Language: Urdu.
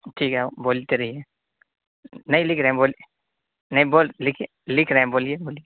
ٹھیک ہے بولتے رہیے نہیں لکھ رہے ہیں بولیے نہیں بول لکھیے لکھ رہے ہیں بولیے بولیے